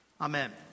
Amen